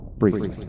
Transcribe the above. Briefly